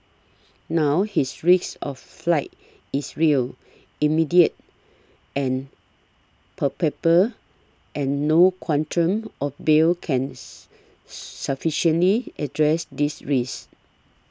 now his risk of flight is real immediate and palpable and no quantum of bail can sufficiently address this risk